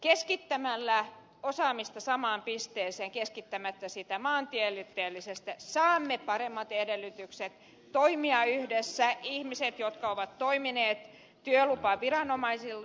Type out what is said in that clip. keskittämällä osaamista samaan pisteeseen keskittämättä sitä maantieteellisesti saamme paremmat edellytykset toimia yhdessä ihmiset jotka ovat toimineet työlupaviranomaisissa